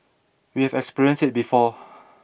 we have experienced it before